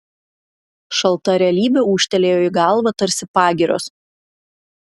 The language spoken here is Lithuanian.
šalta realybė ūžtelėjo į galvą tarsi pagirios